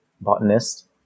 botanist